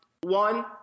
One